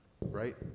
right